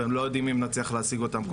ולא יודעים אם נצליח להשיג אותם בכל שנה.